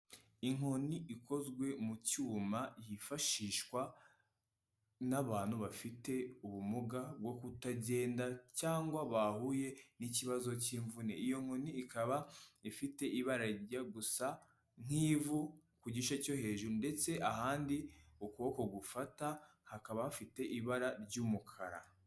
Inkoni ikozwe mu cyuma, yifashishwa n'abantu bafite ubumuga bwo kutagenda cyangwa bahuye n'ikibazo cy'imvune, iyo nkoni ikaba ifite ibara rijya gusa nk'ivu ku gice cyo hejuru ndetse ahandi ukuboko gufata hakaba hafite ibara ry'umukara.